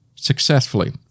Successfully